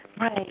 Right